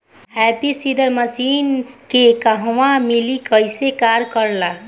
Happy Seeder machine के कहवा मिली कैसे कार कर ला?